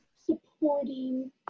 supporting